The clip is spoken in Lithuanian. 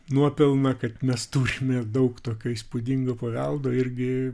nuopelną kad mes turime daug tokio įspūdingo paveldo irgi